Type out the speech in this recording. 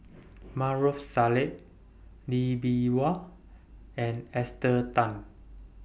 Maarof Salleh Lee Bee Wah and Esther Tan